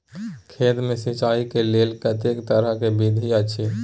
खेत मे सिंचाई के लेल कतेक तरह के विधी अछि?